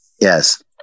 Yes